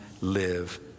live